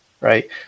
right